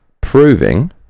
proving